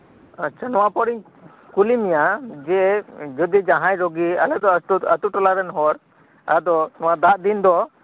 ᱟᱪᱪᱷᱟ ᱱᱚᱶᱟ ᱯᱚᱨᱤᱧ ᱠᱩᱞᱤ ᱢᱮᱭᱟ ᱡᱮᱹ ᱡᱚᱫᱤ ᱡᱟᱦᱟᱸᱭ ᱨᱚᱜᱤ ᱟᱞᱮᱫᱚ ᱟᱛᱳ ᱴᱚᱞᱟᱨᱮᱱ ᱦᱚᱲ ᱟᱫᱚ ᱱᱚᱶᱟ ᱫᱟᱜ ᱫᱤᱱ ᱫᱚ